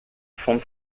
fonde